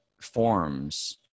forms